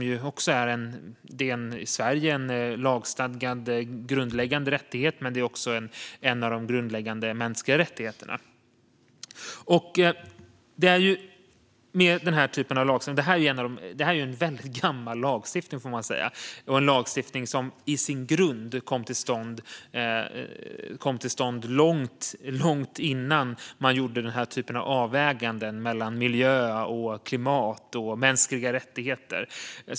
I Sverige är det en lagstadgad rättighet, men det är också en av de grundläggande mänskliga rättigheterna. Det här är en gammal lagstiftning som i sin grund kom till stånd långt innan man gjorde denna typ av avvägningar mellan klimat, miljö och mänskliga rättigheter.